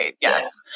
Yes